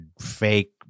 fake